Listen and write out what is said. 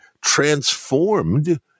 transformed